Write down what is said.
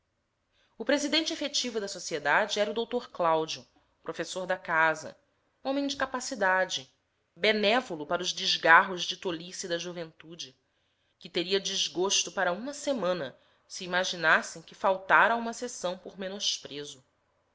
o presidente efetivo da sociedade era o dr cláudio professor da casa homem de capacidade benévolo para os desgarros de tolice da juventude que teria desgosto para uma semana se imaginassem que faltara a uma sessão por menosprezo